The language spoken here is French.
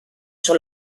sur